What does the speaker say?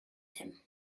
him